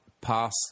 pass